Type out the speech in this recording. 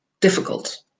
difficult